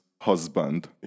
husband